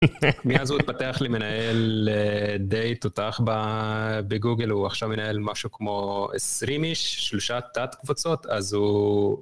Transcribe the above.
מאז הוא התפתח למנהל דיי תותח בגוגל, הוא עכשיו מנהל משהו כמו 20 איש, שלושה תת קבוצות, אז הוא...